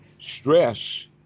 stress